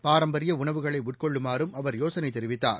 பாரம்பரிய உணவுகளை உட்கொள்ளுமாறும் அவர் யோசனை தெரிவித்தார்